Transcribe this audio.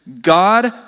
God